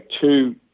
two